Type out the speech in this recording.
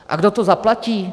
A kdo to zaplatí?